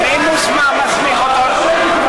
נא להקריא את השמות.